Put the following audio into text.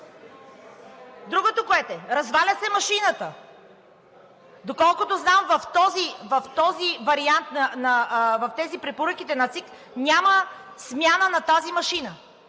Другото, което е – разваля се машината. Доколкото знам в този вариант – в препоръките на ЦИК, няма смяна на тази машина.